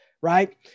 right